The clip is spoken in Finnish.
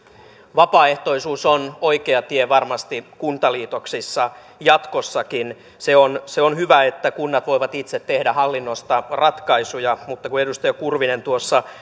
vapaaehtoisuus on oikea tie varmasti kuntaliitoksissa jatkossakin on hyvä että kunnat voivat itse tehdä hallinnosta ratkaisuja mutta kun edustaja kurvinen tuossa